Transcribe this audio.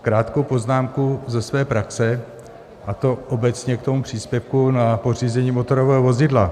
Krátkou poznámku ze své praxe, a to obecně k příspěvku na pořízení motorového vozidla.